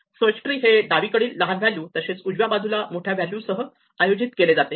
search tree हे डावीकडील लहान व्हॅल्यू तसेच उजव्या बाजूला मोठ्या व्हॅल्यू सह आयोजित केले जाते